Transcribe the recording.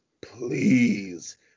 please